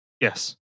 Yes